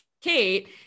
Kate